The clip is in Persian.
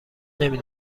نمی